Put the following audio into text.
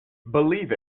believe